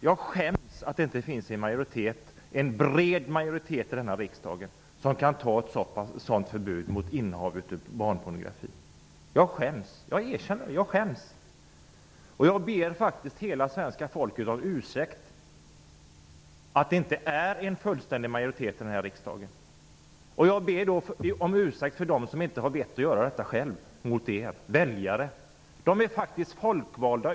Jag skäms för att det inte finns en bred majoritet i denna riksdag som kan fatta beslut om förbud mot innehav av barnpornografi. Jag skäms; det erkänner jag. Jag ber hela svenska folket om ursäkt för att det inte finns en fullständig majoritet i riksdagen, och jag gör det för dem som inte har vett att själva be om ursäkt till väljarna.